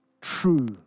true